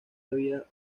había